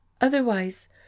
otherwise